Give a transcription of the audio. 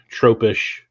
tropish